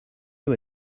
you